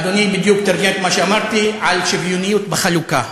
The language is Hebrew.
אדוני בדיוק מתרגם את מה שאמרתי על שוויוניות בחלוקה.